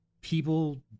people